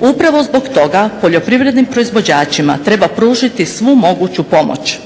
Upravo zbog toga poljoprivrednim proizvođačima treba pružiti svu moguću pomoć,